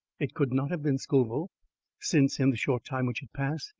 it could not have been scoville since in the short time which had passed,